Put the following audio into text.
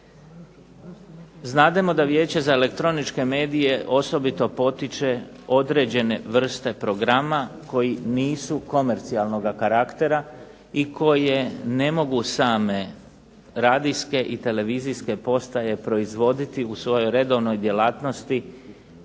Znademo da Vijeće za elektroničke medije osobito potiče određene vrste programa koji nisu komercijalnoga karaktera, i koje ne mogu same radijske i televizijske postaje proizvoditi u svojoj redovnoj djelatnosti